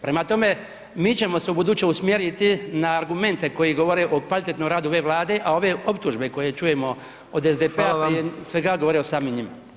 Prema tome, mi ćemo se u buduće usmjeriti na argumente koji govore o kvalitetnom radu ove vlade, a ove optužbe, koje čujemo od SDP-a prije svega, govori o samim njima.